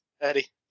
Eddie